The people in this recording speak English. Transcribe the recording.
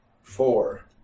four